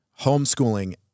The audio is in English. homeschooling